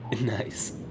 Nice